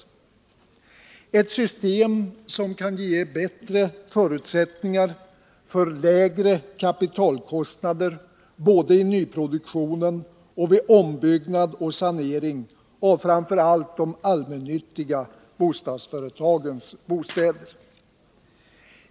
Vi behöver ett system som kan ge bättre förutsättningar för lägre kapitalkostnader både i nyproduktionen och vid ombyggnad och sanering av framför allt de allmännyttiga bostadsföretagens bostäder.